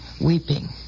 weeping